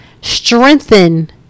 strengthen